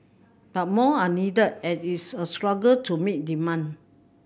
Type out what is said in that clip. but more are needed and it is a struggle to meet demand